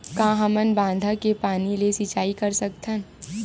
का हमन बांधा के पानी ले सिंचाई कर सकथन?